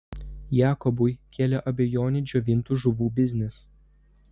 jakobui kėlė abejonių džiovintų žuvų biznis